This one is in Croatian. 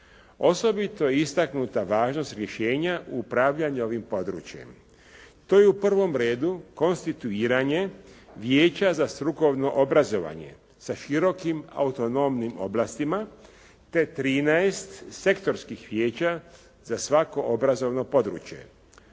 Osobito je istaknuta važnost rješenja upravljanja ovim područjem. To je u prvom redu konstituiranje Vijeća za strukovno obrazovanje sa širokim autonomnim oblastima, te 13 sektorskih vijeća za svako obrazovno područje.